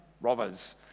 robbers